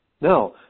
Now